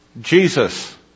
Jesus